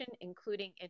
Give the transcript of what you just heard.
including